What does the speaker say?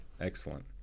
Excellent